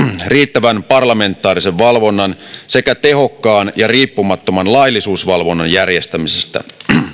riittävän parlamentaarisen valvonnan sekä tehokkaan ja riippumattoman laillisuusvalvonnan järjestämisestä